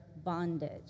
Bondage